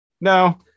No